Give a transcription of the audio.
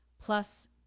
plus